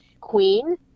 queen